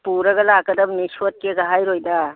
ꯄꯨꯔꯒ ꯂꯥꯛꯀꯗꯕꯅꯤ ꯁꯣꯠꯀꯦꯒ ꯍꯥꯏꯔꯣꯏꯗ